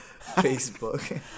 Facebook